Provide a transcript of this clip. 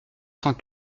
cent